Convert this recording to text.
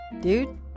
dude